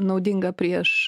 naudinga prieš